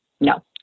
No